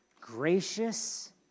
gracious